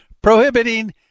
prohibiting